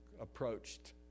approached